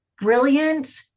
Brilliant